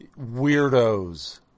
weirdos